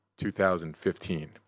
2015